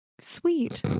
sweet